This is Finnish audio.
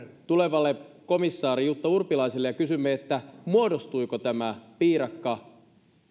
tulevalle komissaari jutta urpilaiselle ja kysymme muodostuiko tämä piirakka